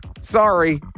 Sorry